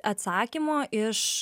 atsakymo iš